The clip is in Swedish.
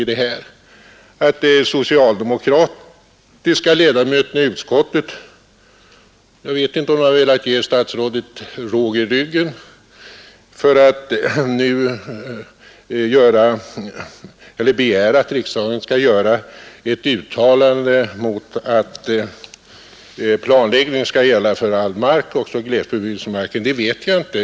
Jag vet inte om det är för att ge statsrådet råg i ryggen som de socialdemokratiska ledamöterna i utskottet har begärt, att riksdagen skall göra ett uttalande om att planläggning skall gälla för all mark som skall bebyggas — således också för glesbebyggelsemarken.